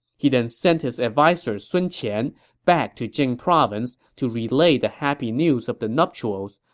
he then sent his adviser sun qian back to jing province to relay the happy news of the nuptials,